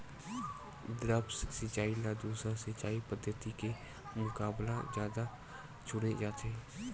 द्रप्स सिंचाई ला दूसर सिंचाई पद्धिति के मुकाबला जादा चुने जाथे